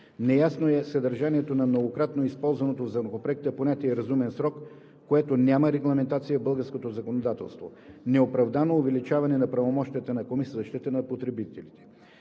неясно е съдържанието на многократно използваното в Законопроекта понятие „разумен срок“, което няма регламентация в българското законодателство; неоправдано увеличаване на правомощията на Комисията за защита на потребителите.